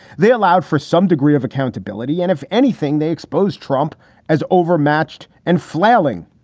they allowed for some degree of accountability. and if anything, they expose trump as overmatched and flailing.